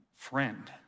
friend